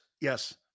Yes